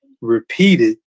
repeated